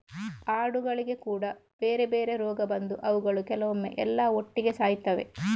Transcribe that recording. ಆಡುಗಳಿಗೆ ಕೂಡಾ ಬೇರೆ ಬೇರೆ ರೋಗ ಬಂದು ಅವುಗಳು ಕೆಲವೊಮ್ಮೆ ಎಲ್ಲಾ ಒಟ್ಟಿಗೆ ಸಾಯ್ತವೆ